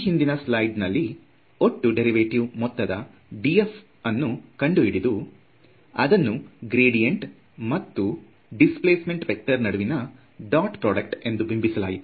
ಈ ಹಿಂದಿನ ಸ್ಲಾಯ್ಡ್ ನಲ್ಲಿ ಒಟ್ಟು ಡೇರಿವೇಟಿವ್ ಮೊತ್ತವಾದ df ಅನ್ನು ಕಂಡು ಹಿಡಿದು ಅದನ್ನು ಗ್ರೇಡಿಯಂಟ್ ಮತ್ತು ಡಿಸ್ಪ್ಲೇಸ್ಮೆಂಟ್ ವೇಕ್ಟರ್ ನಡುವಿನ ಡಾಟ್ ಪ್ರೊಡಕ್ಟ್ ಎಂದು ಬಿಂಬಿಸಲಾಗಿದೆ